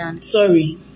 Sorry